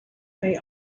may